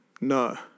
No